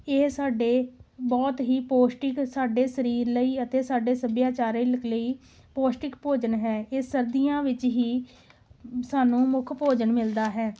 ਇਹ ਸਾਡੇ ਬਹੁਤ ਹੀ ਪੋਸ਼ਟਿਕ ਸਾਡੇ ਸਰੀਰ ਲਈ ਅਤੇ ਸਾਡੇ ਸੱਭਿਆਚਾਰਕ ਲਈ ਪੋਸ਼ਟਿਕ ਭੋਜਨ ਹੈ ਇਹ ਸਰਦੀਆਂ ਵਿੱਚ ਹੀ ਸਾਨੂੰ ਮੁੱਖ ਭੋਜਨ ਮਿਲਦਾ ਹੈ